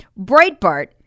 Breitbart